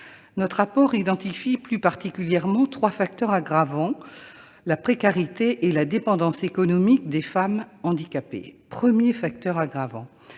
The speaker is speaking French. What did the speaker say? Notre rapport identifie plus particulièrement trois facteurs aggravant la précarité et la dépendance économique des femmes handicapées. Premier facteur aggravant